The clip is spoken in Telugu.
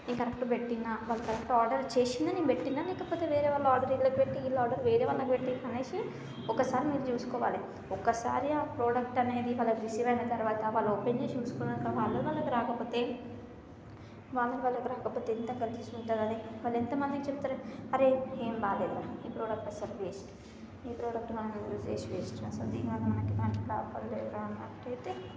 నేను కరెక్ట్ పెట్టిన నేను కరెక్ట్ ఆర్డర్ చేసిందే పెట్టిన లేకపోతే వేరే వాళ్ల ఆర్డర్ పెట్టి ఇలా ఆర్డర్ వేరే వాళ్ళది పెట్టి అనేసి ఒకసారి మీరు చూసుకోవాలి ఒకసారి ఆ ప్రోడక్ట్ అనేది వాళ్ళ రిసీవ్ అయిన తర్వాత వాళ్ళ ఒపీనియన్ వాళ్లు అనుకున్నది రాకపోతే వాళ్ళది వాళ్లకు రాకపోతే ఎంత గలీజిగా ఉంటుంది అది వాళ్ళుఎంతమందికి చెప్తారు అరే ఏం బాలేదురా ఈ ప్రోడక్ట్ అసలు వేస్ట్ ఈ ప్రోడక్ట్ మనం యూస్ చేసి వేస్ట్రా అసలు దీనివల్ల మనకి పని లేదురా అన్నట్లయితే